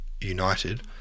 united